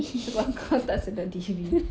sebab kau tak sedar diri